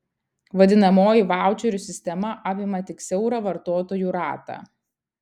vadinamoji vaučerių sistema apima tik siaurą vartotojų ratą